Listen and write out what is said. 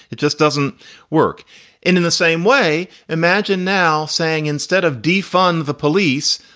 it just doesn't work in in the same way. imagine now saying instead of defund the police,